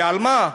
ועל מה?